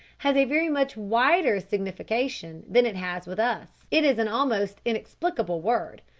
has a very much wider signification than it has with us. it is an almost inexplicable word.